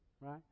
right